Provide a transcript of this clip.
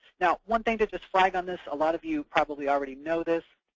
now, one thing to just flag on this a lot of you probably already know this